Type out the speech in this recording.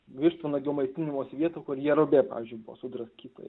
vištvanagių maitinimosi vietų kur jerubė pavyzdžiui buvo sudraskyta